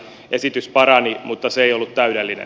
esitys parani mutta se ei ollut täydellinen